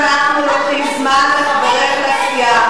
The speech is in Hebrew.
את מדברת כמו חברת כנסת מישראל ביתנו.